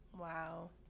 Wow